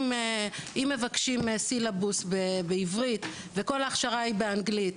אם מבקשים סילבוס בעברית וכל ההכשרה היא באנגלית,